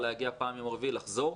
להגיע פעם ביום רביעי ולחזור,